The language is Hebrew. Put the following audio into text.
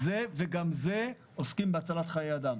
זה וגם זה עוסקים בהצלת חיי אדם.